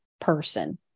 person